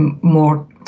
more